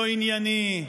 לא ענייני,